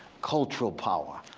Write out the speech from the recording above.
cultural power.